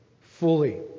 fully